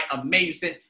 amazing